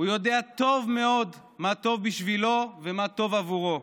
הוא יודע טוב מאוד מה טוב בשבילו ומה טוב עבורו.